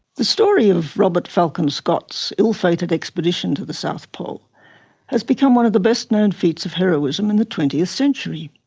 the story of robert falcon scott's ill-fated expedition to the south pole has become one of the best-known feats of heroism in the twentieth century.